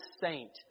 saint